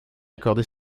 accorder